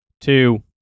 Two